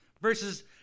Versus